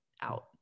out